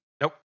Nope